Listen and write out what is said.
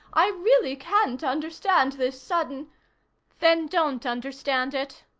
i really can't understand this sudden then don't understand it,